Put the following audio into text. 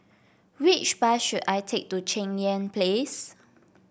which bus should I take to Cheng Yan Place